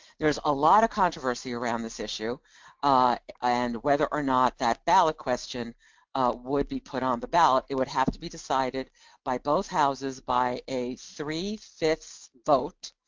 there's a lot of controversy around this issue and whether or not that ballot question would be put on the ballot, it would have to be decided by both houses by a three fifths vote